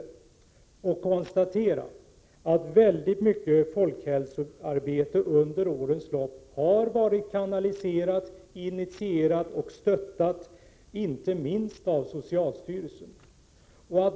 Där kan konstateras att väldigt mycket folkhälsoarbete under årens lopp har kanaliserats, initierats och stöttats av inte minst socialstyrelsen.